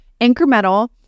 incremental